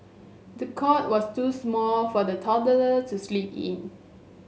the cot was too small for the toddler to sleep in